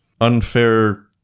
unfair